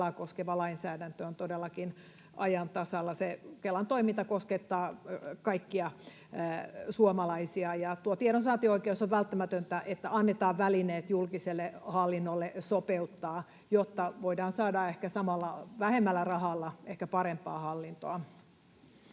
Kelaa koskeva lainsäädäntö on todellakin ajan tasalla. Kelan toiminta koskettaa kaikkia suomalaisia, ja tuo tiedonsaantioikeus on välttämätön, että annetaan julkiselle hallinnolle välineet sopeuttaa, jotta voidaan saada ehkä vähemmällä rahalla parempaa hallintoa.